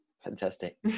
Fantastic